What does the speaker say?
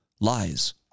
lies